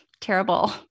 terrible